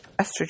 estrogen